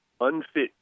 unfit